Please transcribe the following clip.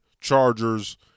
Chargers